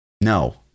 No